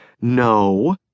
No